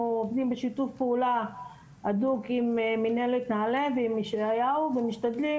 עובדים בשיתוף פעולה הדוק עם מנהלת נעל"ה ועם ישעיהו ומשתדלים